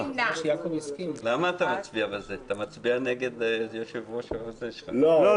אתה מצביע נגד יושב-ראש --- לא,